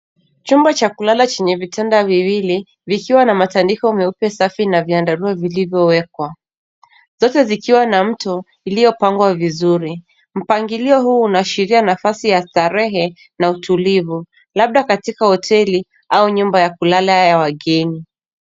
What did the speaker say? Chumba cha kulala chenye vitanda viwili vikiwa na matandiko meupe safi na vyandarua vilivyowekwa, zote vikiwa na mito iliyopangwa vizuri. Mpangilio huu unaashiria nafasi ya starehe na utulivu, labda katika hoteli au nyumba ya kulala ya wageni.